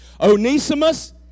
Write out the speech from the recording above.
onesimus